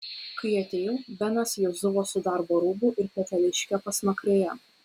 kai atėjau benas jau zujo su darbo rūbu ir peteliške pasmakrėje